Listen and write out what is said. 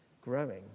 growing